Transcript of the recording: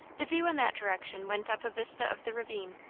the view in that direction went up a vista of the ravine,